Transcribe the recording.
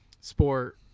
Sport